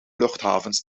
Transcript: luchthavens